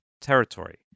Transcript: territory